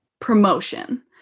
promotion